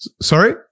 sorry